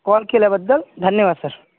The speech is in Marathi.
कॉल केल्याबद्दल धन्यवाद सर